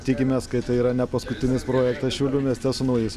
tikimės kad tai yra nepaskutinis projektas šiaulių mieste su naujais